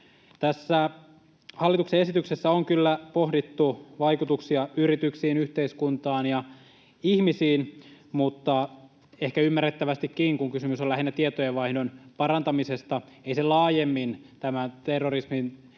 Tässä hallituksen esityksessä on kyllä pohdittu vaikutuksia yrityksiin, yhteiskuntaan ja ihmisiin, mutta ehkä ymmärrettävästikin, kun kysymys on lähinnä tietojenvaihdon parantamisesta, ei sen laajemmin terrorismin